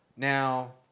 Now